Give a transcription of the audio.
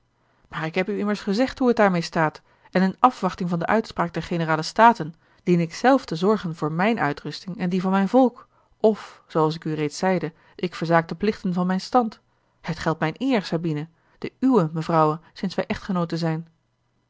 maar ik heb u immers gezegd hoe het daarmeê staat en in afwachting van de uitspraak der generale staten dien ik zelf te zorgen voor mijne uitrusting en die van mijn volk of zooals ik u reeds zeide ik verzaak de plichten van mijn stand het geldt mijne eer sabine de uwe mevrouwe sinds wij echtgenooten zijn